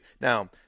Now